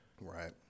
Right